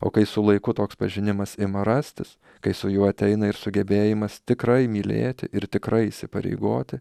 o kai su laiku toks pažinimas ima rastis kai su juo ateina ir sugebėjimas tikrai mylėti ir tikrai įsipareigoti